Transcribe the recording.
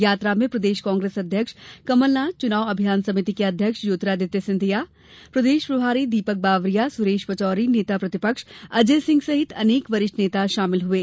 यात्रा में प्रदेश कांग्रेस अध्यक्ष कमलनाथ चुनाव अभियान समिति के अध्यक्ष ज्योतिरादित्य सिंधिया प्रदेश प्रभारी दीपक बावरिया सुरेश पचौरीनेता प्रतिपक्ष अजय सिंह सहित अनेक वरिष्ठ नेता शामिल हुये